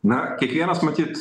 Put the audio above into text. na kiekvienas matyt